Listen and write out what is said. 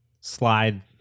slide